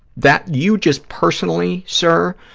that, you just personally, sir,